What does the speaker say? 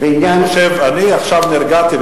אני עכשיו נרגעתי,